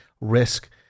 risk